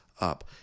up